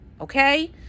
Okay